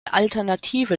alternative